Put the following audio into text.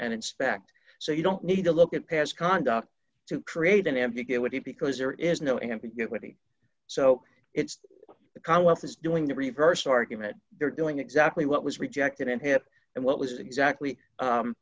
and inspect so you don't need to look at past conduct to create an ambiguity because there is no ambiguity so it's the commonwealth is doing the reverse argument they're doing exactly what was rejected and hit and what was exactly